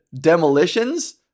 demolitions